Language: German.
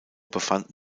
befanden